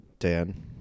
Dan